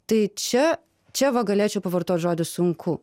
tai čia čia va galėčiau pavartot žodį sunku